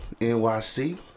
NYC